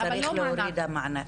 אז צריך להוריד המענקים.